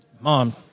mom